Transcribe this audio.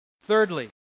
Thirdly